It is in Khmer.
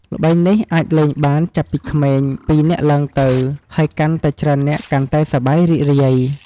ល្បែងនេះអាចលេងបានចាប់ពីក្មេងពីរនាក់ឡើងទៅ ហើយកាន់តែច្រើននាក់ កាន់តែសប្បាយរីករាយ។